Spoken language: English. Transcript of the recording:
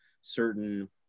certain